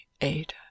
Ada